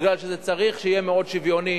בגלל שצריך שהוא יהיה מאוד שוויוני.